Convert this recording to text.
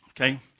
Okay